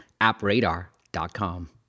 appradar.com